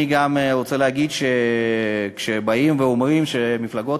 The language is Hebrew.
אני גם רוצה להגיד שכשבאים ואומרים וכשמפלגות